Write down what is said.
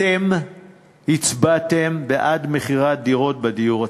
אתם הצבעתם בעד מכירת דירות בדיור הציבורי,